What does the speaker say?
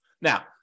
Now